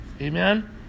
Amen